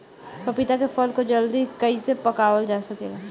पपिता के फल को जल्दी कइसे पकावल जा सकेला?